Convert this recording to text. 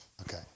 Okay